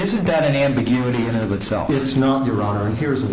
isn't that any ambiguity in of itself it's not your honor and here's